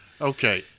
Okay